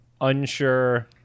Unsure